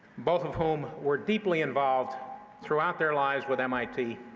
both of whom were deeply involved throughout their lives with mit,